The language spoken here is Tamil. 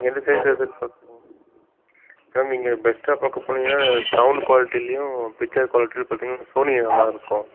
நீங்கள் வந்து சேர்த்து எடுத்துட்டு போகிறதுக்கு மேம் நீங்கள் பெஸ்ட்டாக பார்க்கப் போனீங்கன்னா சௌண்ட் குவாலிட்டிலியும் பிக்ச்சர் குவாலிட்டிலியும் பார்த்தீங்கன்னா சோனி நல்லா இருக்கும்